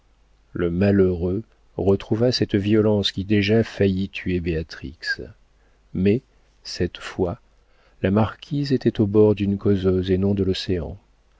le malheureux retrouva cette violence qui déjà faillit tuer béatrix mais cette fois la marquise était au bord d'une causeuse et non de l'océan